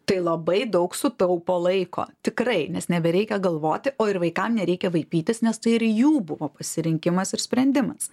tai labai daug sutaupo laiko tikrai nes nebereikia galvoti o ir vaikams nereikia vaipytis nes tai ir jų buvo pasirinkimas ir sprendimas